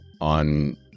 On